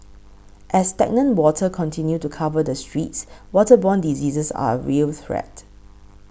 as stagnant water continue to cover the streets waterborne diseases are a real threat